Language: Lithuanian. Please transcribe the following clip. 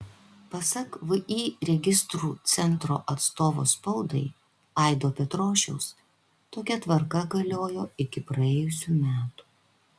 pasak vį registrų centro atstovo spaudai aido petrošiaus tokia tvarka galiojo iki praėjusių metų